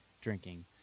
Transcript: drinking